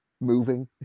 moving